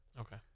Okay